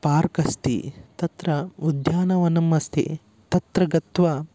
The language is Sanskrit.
पार्क् अस्ति तत्र उद्यानं वनम् अस्ति तत्र गत्वा